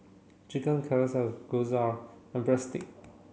Chicken Casserole Gyros and Breadstick